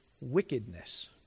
wickedness